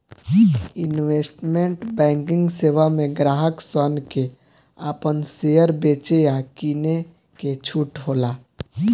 investment banking सेवा में ग्राहक सन के आपन शेयर बेचे आ किने के छूट होला